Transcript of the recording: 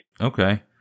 Okay